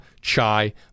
chai